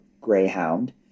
Greyhound